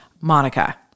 Monica